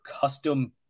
custom